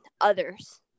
others